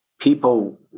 people